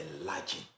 enlarging